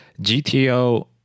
GTO